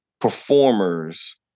performers